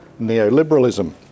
neoliberalism